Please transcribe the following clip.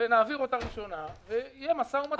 נעביר אותה בקריאה הראשונה ויהיה משא ומתן.